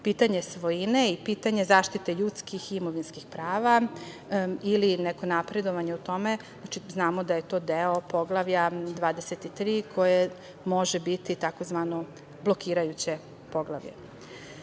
pitanje svojine i pitanje zaštite ljudskih i imovinskih prava ili neko napredovanje u tome. Znamo da je to deo Poglavlja 23 koje može biti tzv. blokirajuće poglavlje. Jasno